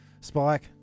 Spike